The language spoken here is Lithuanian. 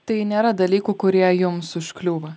tai nėra dalykų kurie jums užkliūva